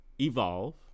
evolve